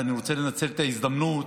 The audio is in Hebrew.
אני רוצה לנצל את ההזדמנות